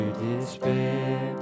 despair